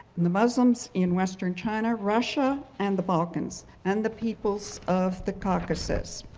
and the muslims in western china, russia and the balkans, and the peoples of the caucasus.